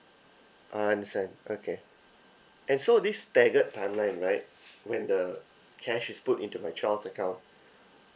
I understand okay and so this staggered timeline right when the cash is put into my child's account